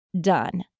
done